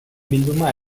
bilduma